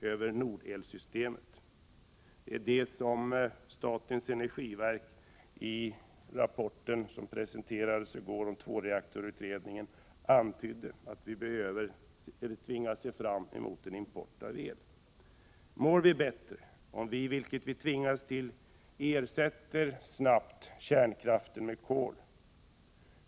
Detta redovisar även statens energiverk i den rapport som presenterades i går om tvåreaktorsutredningen — vi tvingas se fram emot en import av el. Mår vi bättre om vi — vilket vi tvingas till — ersätter kärnkraft med kol?